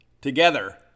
together